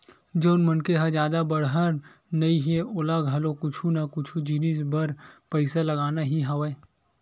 जउन मनखे ह जादा बड़हर नइ हे ओला घलो कुछु ना कुछु जिनिस बर पइसा लगना ही हवय